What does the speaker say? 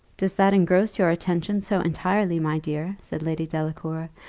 does that engross your attention so entirely, my dear, said lady delacour,